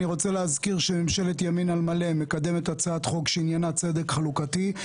אני רוצה להזכיר שממשלת ימין על מלא מקדמת הצעת חוק שעניינה צדק חלוקתי.